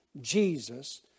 Jesus